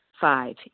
Five